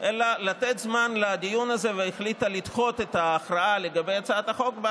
חבריי חברי הכנסת, טוב, גם הוא ברח, אני